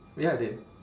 ya I did